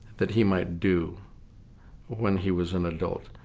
that he might do when he was an adult